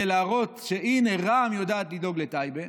ולהראות שהינה, רע"מ יודעת לדאוג לטייבה,